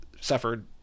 suffered